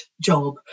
job